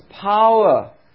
power